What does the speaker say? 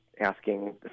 asking